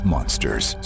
Monsters